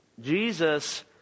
Jesus